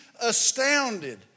astounded